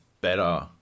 better